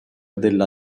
della